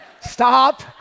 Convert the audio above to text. Stop